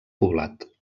poblat